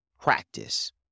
practice